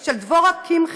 של דבורה קמחי,